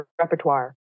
repertoire